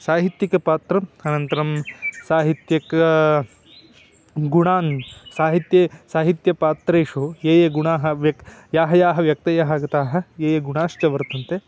साहित्यिकपात्रम् अनन्तरं साहित्यक गुणान् साहित्ये साहित्यपात्रेषु ये ये गुणाः व्यक्तव्याः याः व्यक्तयः आगताः ये ये गुणाश्च वर्तन्ते